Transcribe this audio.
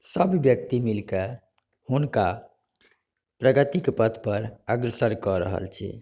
सभ व्यक्ति मिलके हुनका प्रगतिके पथ पर अग्रसर कऽ रहल छी